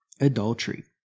Adultery